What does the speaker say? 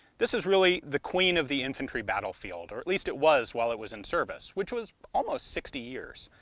this is really the queen of the infantry battlefield, or at least it was while it was in service, which was almost sixty years.